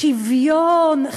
שוויון,